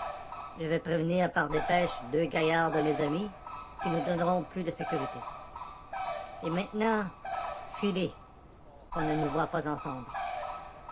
je vais prévenir par dépêche deux gaillards de mes amis qui nous donneront plus de sécurité et maintenant filez qu'on ne nous voie pas ensemble